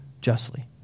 justly